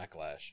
Backlash